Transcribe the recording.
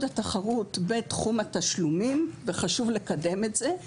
התחרות בתחום התשלומים וחשוב לקדם את זה,